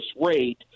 rate